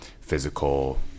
physical